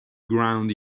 ground